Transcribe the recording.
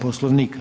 Poslovnika.